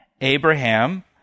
Abraham